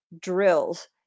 drills